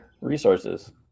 resources